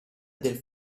del